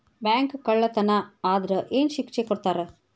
Bank ಕಳ್ಳತನಾ ಆದ್ರ ಏನ್ ಶಿಕ್ಷೆ ಕೊಡ್ತಾರ?